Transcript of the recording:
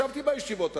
ישבתי בישיבות הללו,